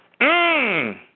Mmm